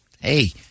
Hey